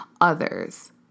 others